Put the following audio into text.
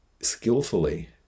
skillfully